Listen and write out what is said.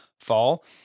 Fall